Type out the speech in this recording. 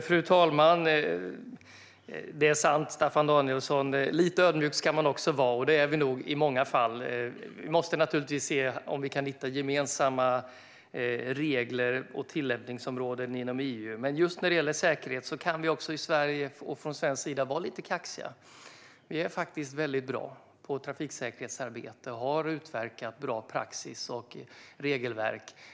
Fru talman! Det är sant, Staffan Danielsson: Lite ödmjuk ska man också vara. Och det är vi nog i många fall. Vi måste naturligtvis se om vi kan hitta gemensamma regler och tillämpningsområden inom EU. Men just när det gäller säkerhet kan vi också från svensk sida vara lite kaxiga. Vi är faktiskt väldigt bra på trafiksäkerhetsarbete, och vi har utverkat bra praxis och regelverk.